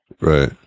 Right